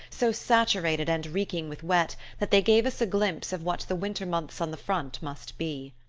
so saturated and reeking with wet that they gave us a glimpse of what the winter months on the front must be.